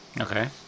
Okay